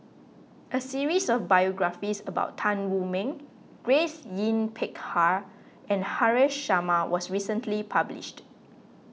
a series of biographies about Tan Wu Meng Grace Yin Peck Ha and Haresh Sharma was recently published